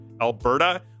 Alberta